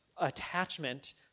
attachment